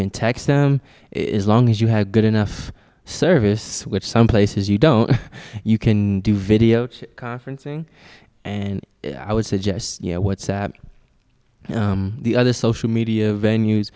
can text them is long as you have good enough service which some places you don't you can do video conferencing and i would suggest you know what the other social media venues